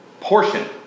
portion